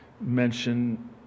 mention